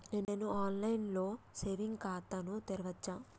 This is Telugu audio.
నేను ఆన్ లైన్ లో సేవింగ్ ఖాతా ను తెరవచ్చా?